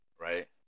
Right